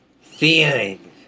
feelings